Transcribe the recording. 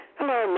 Hello